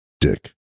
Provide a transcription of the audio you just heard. Dick